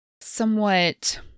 somewhat